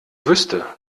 wüsste